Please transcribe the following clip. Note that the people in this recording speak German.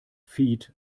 feed